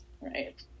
Right